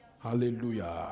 Hallelujah